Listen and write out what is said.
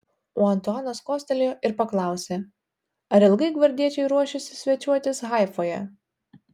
o antuanas kostelėjo ir paklausė ar ilgai gvardiečiai ruošiasi svečiuotis haifoje